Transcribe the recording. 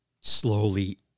slowly